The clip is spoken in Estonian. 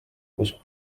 kus